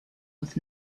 with